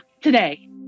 Today